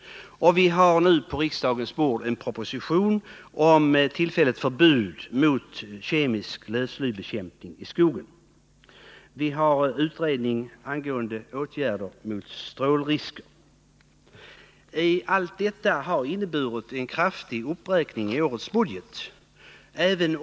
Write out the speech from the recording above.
På riksdagens bord ligger det dessutom just nu en proposition om tillfälligt förbud mot kemisk lövslybekämpning i skogen. Vi har också en utredning om åtgärder mot strålningsrisker i byggnader. Allt detta har inneburit en kraftig uppräkning i årets budget.